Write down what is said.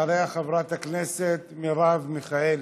אחריה, חברת הכנסת מרב מיכאלי.